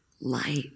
light